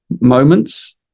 moments